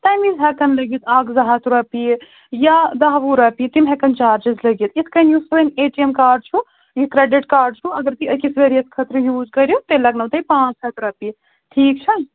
تَمہِ وِز ہٮ۪کَن لٔگِتھ اَکھ زٕ ہَتھ رۄپیہِ یا دَہ وُہ رۄپیہِ تِم ہٮ۪کَن چارجِز لٔگِتھ یِتھٕ کٔنۍ یُس وۅنۍ اے ٹی ایم کارڈ چھُ یہِ کرٛیڈِٹ کارڈ چھُ اگر تُہۍ أکِس ؤریَس خٲطرٕ یوٗز کٔرِو تیٚلہِ لَگنو تُہۍ پانٛژھ ہَتھ رۄپیہِ ٹھیٖک چھا